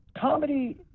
Comedy